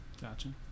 Gotcha